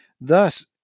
Thus